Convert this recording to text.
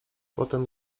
potem